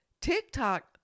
TikTok